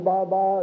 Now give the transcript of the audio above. Baba